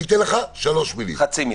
יעקב, יעקב, מילה.